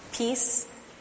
Peace